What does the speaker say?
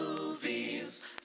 movies